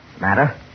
Matter